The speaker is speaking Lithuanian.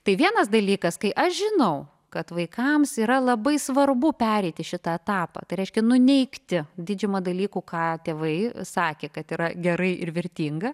tai vienas dalykas kai aš žinau kad vaikams yra labai svarbu pereiti šitą etapą tai reiškia nuneigti didžiumą dalykų ką tėvai sakė kad yra gerai ir vertinga